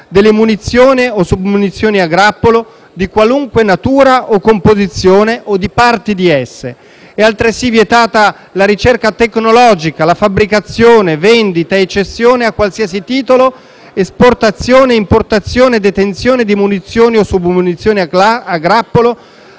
delle munizioni o submunizioni a grappolo, di qualunque natura o composizione, o di parti di esse. È altresì vietata la ricerca tecnologica, la fabbricazione, vendita e cessione a qualsiasi titolo, esportazione, importazione e detenzione di munizioni o submunizioni a grappolo,